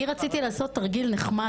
אני רציתי לעשות תרגיל נחמד,